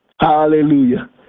Hallelujah